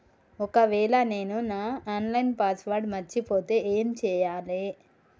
ఒకవేళ నేను నా ఆన్ లైన్ పాస్వర్డ్ మర్చిపోతే ఏం చేయాలే?